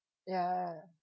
ya